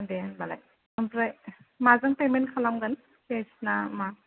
दे होमबालाय ओमफ्राय माजों पेमेन्ट खालामगोन केस ना मा